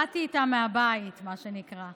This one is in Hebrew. באתי איתה מהבית, מה שנקרא.